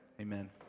Amen